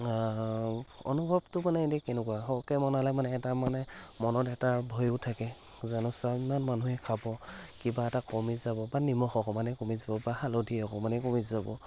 অনুভৱটো মানে এনেই কেনেকুৱা সৰহকৈ বনালে মানে এটা মানে মনত এটা ভয়ো থাকে জানোচা ইমান মানুহে খাব কিবা এটা কমি যাব বা নিমখ অকণমাণেই কমি যাব বা হালধি অকণমানেই কমি যাব